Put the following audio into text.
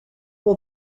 will